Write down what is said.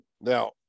now